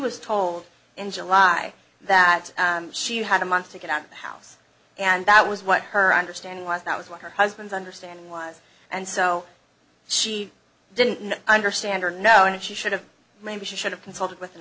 was told in july that she had a month to get out of the house and that was what her understanding was that was what her husband's understanding was and so she didn't understand her now and she should have maybe she should have consulted with an